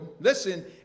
Listen